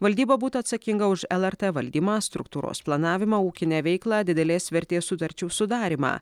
valdyba būtų atsakinga už lrt valdymą struktūros planavimą ūkinę veiklą didelės vertės sutarčių sudarymą